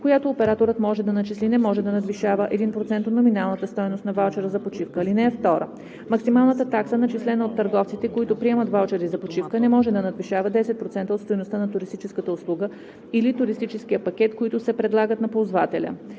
която операторът може да начисли, не може да надвишава 1% от номиналната стойност на ваучера за почивка. (2) Максималната такса, начислена от търговците, които приемат ваучери за почивка, не може да надвишава 10% от стойността на туристическата услуга или туристическия пакет, които се предлагат на ползвателя.